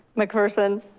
mcpherson.